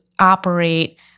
operate